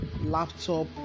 laptop